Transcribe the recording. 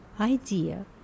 idea